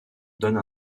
donne